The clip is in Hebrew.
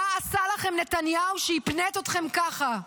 מה עשה לכם נתניהו שהפנט אתכם ככה?